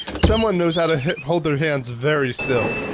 someone knows how to hold their hands very still.